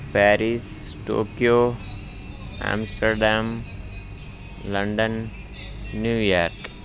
Paris Tokyo Amsterdam London New York